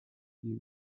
ihm